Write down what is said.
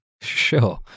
Sure